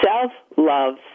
self-love